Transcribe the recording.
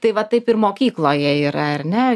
tai va taip ir mokykloje yra ar ne